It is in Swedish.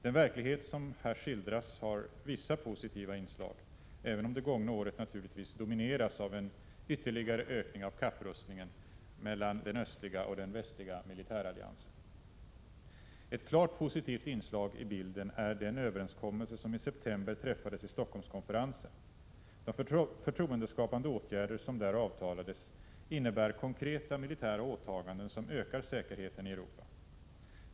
Den verklighet som här skildras har vissa positiva inslag, även om det gångna året naturligtvis domineras av en ytterligare ökning av kapprustningen mellan den östliga och den västliga militäralliansen. Ett klart positivt inslag i bilden är den överenskommelse som i september träffades vid Stockholmskonferensen. De förtroendeskapande åtgärder som där avtalades innebär konkreta militära åtaganden, som ökar säkerheten i Europa.